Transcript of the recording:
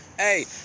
Hey